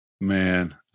Man